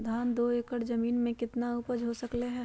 धान दो एकर जमीन में कितना उपज हो सकलेय ह?